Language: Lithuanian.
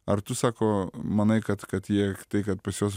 ar tu sako manai kad kad jie tai kad pas juos